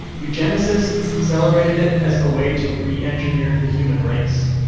eugenicists celebrated it as a way to re-engineer the human race.